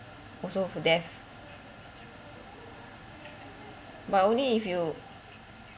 also for death but only if you